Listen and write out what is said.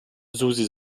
susi